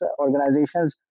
organizations